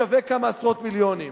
שווה כמה עשרות מיליונים.